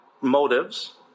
motives